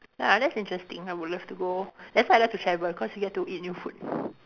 ya that's interesting I would love to go that's why I like to travel cause we get to eat new food